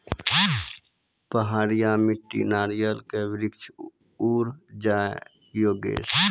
पहाड़िया मिट्टी नारियल के वृक्ष उड़ जाय योगेश?